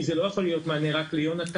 כי זה לא יכול להיות מענה רק ליונתן.